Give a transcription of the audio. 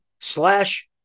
slash